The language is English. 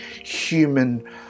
human